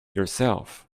yourself